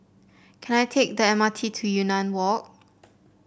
can I take the M R T to Yunnan Walk